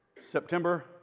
September